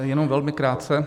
Jenom velmi krátce.